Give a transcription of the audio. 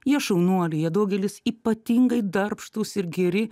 jie šaunuoliai jie daugelis ypatingai darbštūs ir geri